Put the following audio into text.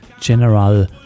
General